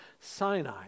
Sinai